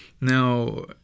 Now